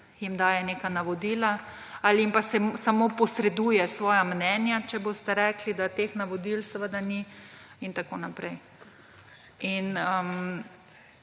jim daje neka navodila ali jim pa samo posreduje svoja mnenja, če boste rekli, da teh navodil samo ni, in tako naprej.